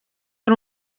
ari